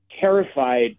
terrified